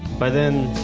by then,